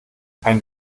ein